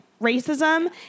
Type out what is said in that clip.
racism